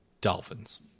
Dolphins